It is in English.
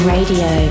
Radio